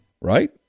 Right